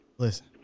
Listen